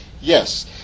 yes